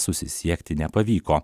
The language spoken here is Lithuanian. susisiekti nepavyko